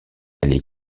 est